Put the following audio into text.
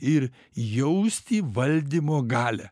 ir jausti valdymo galią